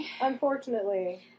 unfortunately